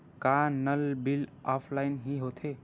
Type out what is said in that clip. का नल bill offline हि होथे?